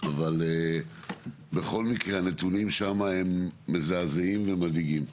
אבל בכל מקרה הנתונים שמה הם מזעזעים ומדאיגים,